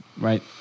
right